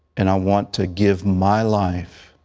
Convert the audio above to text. and i want to give my life